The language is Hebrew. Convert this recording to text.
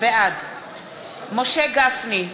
בעד משה גפני,